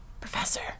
professor